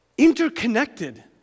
interconnected